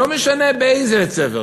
לא משנה באיזה בית-ספר,